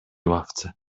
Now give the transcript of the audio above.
ławce